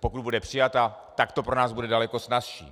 pokud bude přijata, tak to pro nás bude daleko snazší.